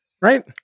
Right